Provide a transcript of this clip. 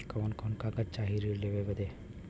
कवन कवन कागज चाही ऋण लेवे बदे?